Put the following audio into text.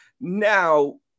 Now